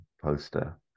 poster